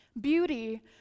Beauty